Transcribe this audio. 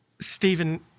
Stephen